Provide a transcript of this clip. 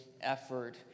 effort